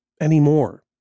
anymore